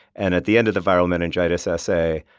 and at the end of the viral meningitis essay,